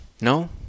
No